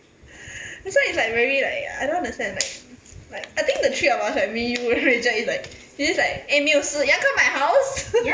that's why it's like very like I don't understand like like I think the three of us right we would reject it's like you just like eh 没有事 you want come my house